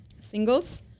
singles